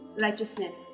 righteousness